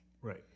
Right